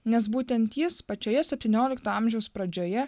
nes būtent jis pačioje septyniolikto amžiaus pradžioje